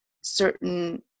certain